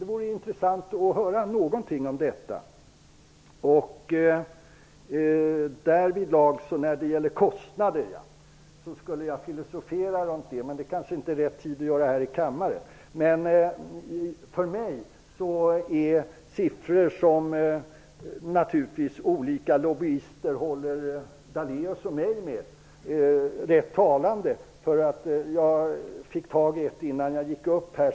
Det vore intressant att höra någonting om detta. Jag skulle filosofera runt kostnaderna, men det kanske inte är rätt tid att göra det här i kammaren. För mig är siffror som olika lobbyister håller Lennart Daléus och mig med rätt talande. Jag fick tag i en siffra innan jag kom in här.